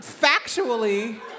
factually